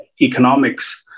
economics